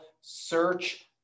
search